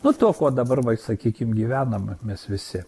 nu tuo kuo dabar sakykim gyvenam mes visi